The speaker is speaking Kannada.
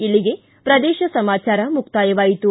ಇಲ್ಲಿಗೆ ಪ್ರದೇಶ ಸಮಾಚಾರ ಮುಕ್ತಾಯವಾಯಿತು